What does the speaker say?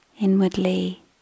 inwardly